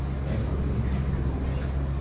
thanks for being your mythical best.